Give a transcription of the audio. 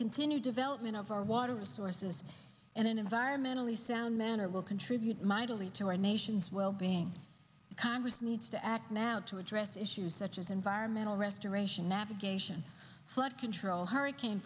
continue development of our water resources and an environmentally sound manner will contribute mightily to our nation's well being congress needs to act now to address issues such as environmental restoration navigation flood control hurricane